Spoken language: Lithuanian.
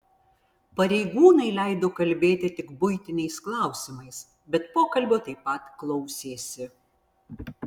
pareigūnai leido kalbėti tik buitiniais klausimais bet pokalbio taip pat klausėsi